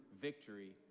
victory